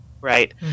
right